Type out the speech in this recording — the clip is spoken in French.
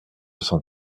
cent